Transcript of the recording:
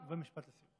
ומשפט לסיום.